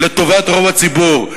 לטובת רוב הציבור.